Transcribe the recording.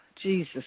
Jesus